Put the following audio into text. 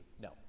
no